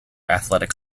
athletic